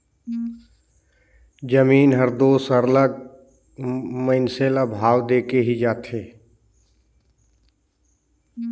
जमीन हर दो सरलग मइनसे ल भाव देके ही जाथे